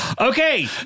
Okay